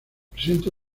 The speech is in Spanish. presenta